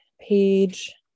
page